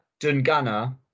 Dungana